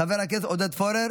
חבר הכנסת עודד פורר